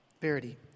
Verity